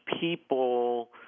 people